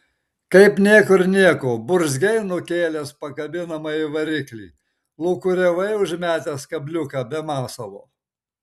kaip niekur nieko burzgei nukėlęs pakabinamąjį variklį lūkuriavai užmetęs kabliuką be masalo